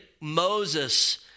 Moses